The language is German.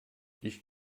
ich